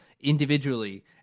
individually